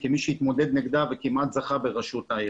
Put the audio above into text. כמי שהתמודד נגדה וכמעט זכה בראשות העיר.